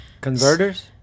Converters